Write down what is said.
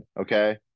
okay